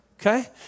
Okay